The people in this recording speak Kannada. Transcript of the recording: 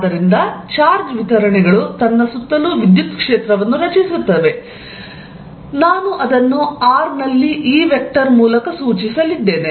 ಆದ್ದರಿಂದ ಚಾರ್ಜ್ ವಿತರಣೆಗಳು ತನ್ನ ಸುತ್ತಲೂ ವಿದ್ಯುತ್ ಕ್ಷೇತ್ರವನ್ನು ರಚಿಸುತ್ತವೆ ಮತ್ತು ನಾನು ಅದನ್ನು r ನಲ್ಲಿ E ವೆಕ್ಟರ್ ಮೂಲಕ ಸೂಚಿಸಲಿದ್ದೇನೆ